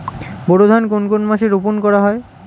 বোরো ধান কোন মাসে রোপণ করা হয়?